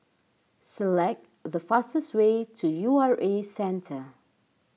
select the fastest way to U R A Centre